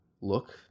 look